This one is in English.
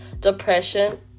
depression